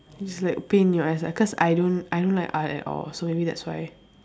it's like pain in your ass cause I don't I don't like art at all so maybe that's why